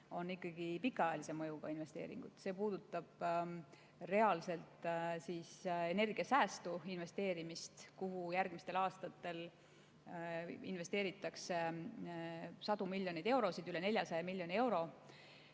on ikkagi pikaajalise mõjuga investeeringud. See puudutab reaalselt energiasäästu investeerimist. Järgmistel aastatel investeeritakse sellesse sadu miljoneid eurosid, üle 400 miljoni euro